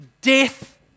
death